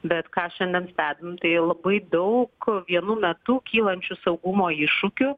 bet ką šiandien stebim tai labai daug vienu metu kylančių saugumo iššūkių